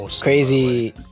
crazy